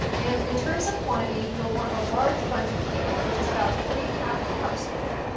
and, in terms of quantity, you'll want a large bunch of kale which is about three packed cups worth.